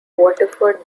waterford